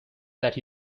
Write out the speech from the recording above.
that